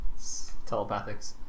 telepathics